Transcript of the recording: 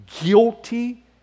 guilty